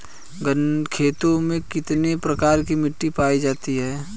खेतों में कितने प्रकार की मिटी पायी जाती हैं?